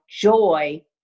joy